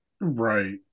Right